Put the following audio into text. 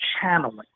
channeling